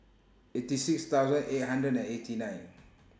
eighty six thousand eight hundred and eighty nine